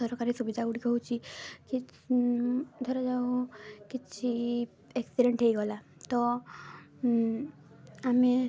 ସରକାରୀ ସୁବିଧା ଗୁଡ଼ିକ ହେଉଛି କି ଧରାଯାଉ କିଛି ଏକ୍ସିଡେଣ୍ଟ ହେଇଗଲା ତ ଆମେ